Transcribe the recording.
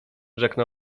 rzekł